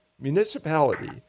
municipality